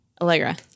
Allegra